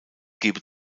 gebe